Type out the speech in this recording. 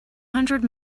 hundred